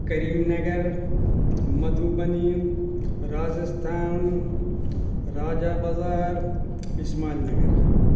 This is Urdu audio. کریم نگر مدھوبنی راجستھان راجا بازار اسماعیل نگر